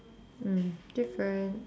mm different